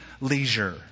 leisure